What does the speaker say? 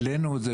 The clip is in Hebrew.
העלינו את זה